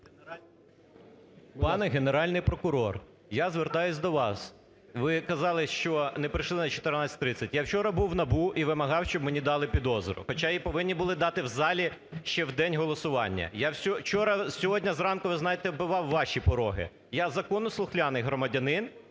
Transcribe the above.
Пане Генеральний прокурор, я звертаюсь до вас. Ви казали, що не прийшли на 14:30. Я вчора був в НАБУ і вимагав, щоб мені дали підозру, хоча її повинні були дати в залі ще в день голосування. Я вчора, сьогодні зранку, ви знаєте, оббивав ваші пороги. Я – законослухняний громадянин,